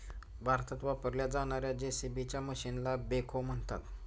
भारतात वापरल्या जाणार्या जे.सी.बी मशीनला बेखो म्हणतात